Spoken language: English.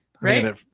right